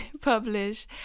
publish